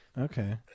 Okay